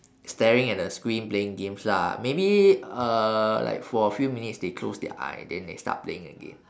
staring at the screen playing games lah maybe uh like for a few minutes they close their eye then they start playing again